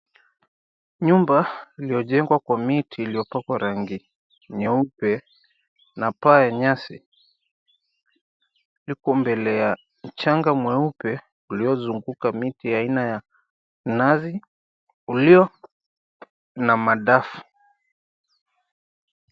Nyumba iliyojengwa kwa miti iliyopakwa rangi nyeupe na paa yenye nyasi like mbele ya mchanga mweupe iliyozunguka mti ya aina yanazi uliona madafu.